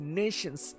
nations